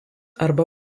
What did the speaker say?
arba